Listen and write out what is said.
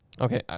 Okay